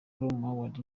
awards